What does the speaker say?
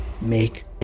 make